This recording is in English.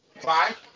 Five